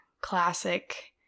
classic